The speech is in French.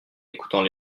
écoutant